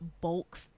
bulk